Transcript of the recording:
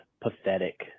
pathetic